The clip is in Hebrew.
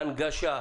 בהנגשה.